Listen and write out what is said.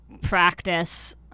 practice